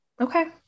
Okay